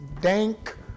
dank